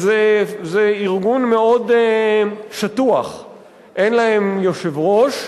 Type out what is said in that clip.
זה ארגון מאוד שטוח, אין להם יושב-ראש,